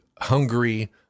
hungry